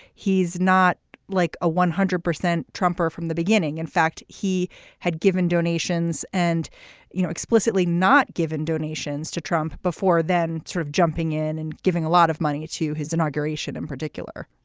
he's not like a one hundred percent trump from the beginning in fact he had given donations and you know explicitly not given donations to trump before then sort of jumping in and giving a lot of money to his inauguration in particular